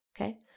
Okay